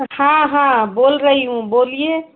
हाँ हाँ बोल रही हूँ बोलिए